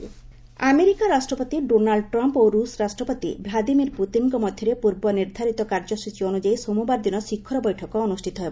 US Putin summit America ରାଷ୍ଟ୍ରପତି Donald Trump ଓ ରୁଷ୍ ରାଷ୍ଟ୍ରପତି ଭ୍ଲାଦିମିର୍ ପୁତିନ୍ଙ୍କ ମଧ୍ୟରେ ପୂର୍ବ ନିର୍ଦ୍ଧାରିତ କାର୍ଯ୍ୟସ୍ଚୀ ଅନୁଯାୟୀ ସୋମବାର ଦିନ ଶିଖର ବୈଠକ ଅନ୍ଦ୍ରଷ୍ଠିତ ହେବ